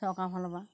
হ'ল ল'বা